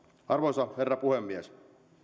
arvoisa herra puhemies